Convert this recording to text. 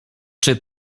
czy